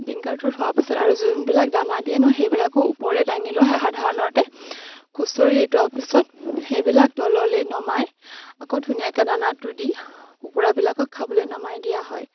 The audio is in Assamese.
ডিংকাৰটো থোৱাৰ পিছত আৰু যোনবিলাক দানা দিয়েনো সেইবিলাকো ওপৰে দাঙি লোৱা সাধাৰণতে খুচৰি এটোৱাৰ পিছত সেইবিলাক তললে নমাই আকৌ ধুনীয়াকে দানাটো দি কুকুৰাবিলাকক খাবলে নমাই দিয়া হয়